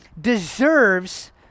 deserves